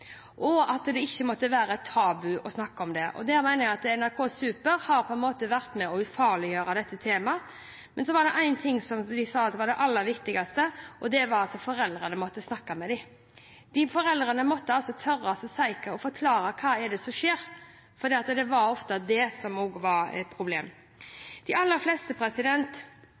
og at det ikke måtte være tabu å snakke om det. Der mener jeg at NRK Super på en måte har vært med på å ufarliggjøre dette temaet. Men så var det én ting de sa var det aller viktigste, og det var at foreldrene måtte snakke med dem. Foreldrene må altså tørre å forklare dem hva som skjer, for det er ofte det som er et problem.